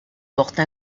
porte